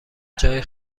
جای